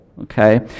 okay